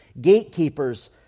gatekeepers